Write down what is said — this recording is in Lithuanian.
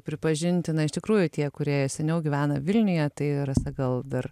pripažinti na iš tikrųjų tie kurie seniau gyvena vilniuje tai rasa gal dar